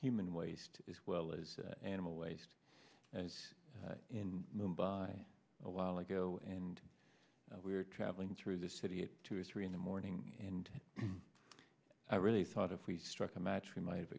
human waste as well as animal waste and in mumbai a while ago and we were travelling through the city at two or three in the morning and i really thought if we struck a match we might have